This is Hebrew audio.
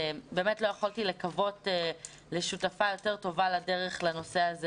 באמת לא יכולתי לקוות לשותפה יותר טובה ממך לדרך בנושא הזה.